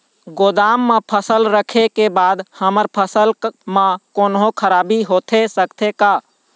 गोदाम मा फसल रखें के बाद हमर फसल मा कोन्हों खराबी होथे सकथे का?